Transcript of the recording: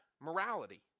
morality